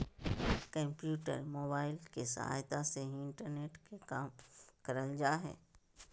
computer, mobile के सहायता से ही इंटरनेट के काम करल जा हय